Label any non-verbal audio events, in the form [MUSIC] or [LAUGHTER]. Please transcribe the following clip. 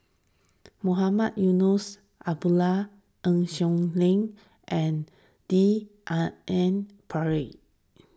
Mohamed Eunos Abdullah Eng Siak [UNINTELLIGIBLE] and D R N Pritt